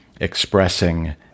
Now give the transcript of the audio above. expressing